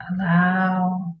Allow